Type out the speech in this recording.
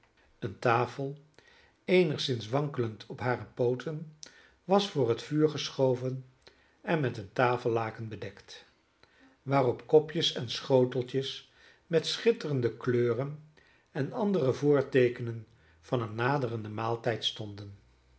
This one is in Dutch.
eene tafel eenigszins wankelend op hare pooten was voor het vuur geschoven en met een tafellaken bedekt waarop kopjes en schoteltjes met schitterende kleuren en andere voorteekenen van een naderenden maaltijd stonden